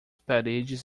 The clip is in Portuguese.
paredes